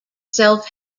self